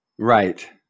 Right